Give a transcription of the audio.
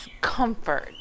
comfort